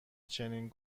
چنین